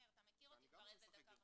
מאיר, אתה מכיר אותי כבר איזה דקה וחצי.